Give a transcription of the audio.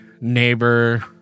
neighbor